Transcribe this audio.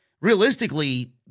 realistically